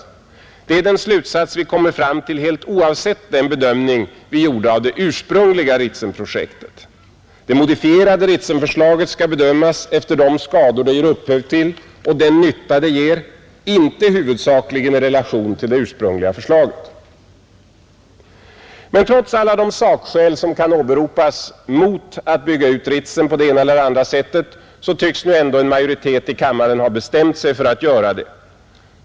Det är den slutsats vi kommer fram till helt oavsett den bedömning vi gjorde av det ursprungliga Ritsemprojektet. Det modifierade Ritsemförslaget skall bedömas efter de skador det ger upphov till och den nytta det ger, inte huvudsakligen i relation till det ursprungliga förslaget. Men trots alla de sakskäl som kan åberopas mot att bygga ut Ritsem på det ena eller andra sättet, tycks nu ändå en majoritet i kammaren ha bestämt sig för att göra det.